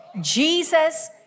Jesus